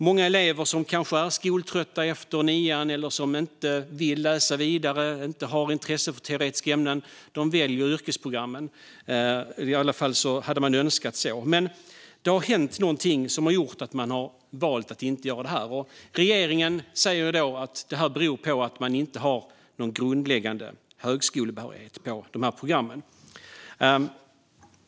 Många elever som kanske är skoltrötta efter nian och inte vill läsa vidare eller inte har intresse för teoretiska ämnen väljer yrkesprogrammen. Det hade man i alla fall önskat, men det har hänt något som har gjort att de väljer att inte göra det. Regeringen säger att det beror på att dessa program inte ger grundläggande högskolebehörighet.